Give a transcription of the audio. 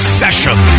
session